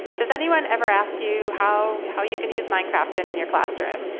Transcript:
does anyone every ask you how how you can use minecraft and in your classroom?